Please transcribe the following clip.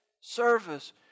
service